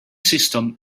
system